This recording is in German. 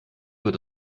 wird